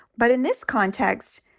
but in this context,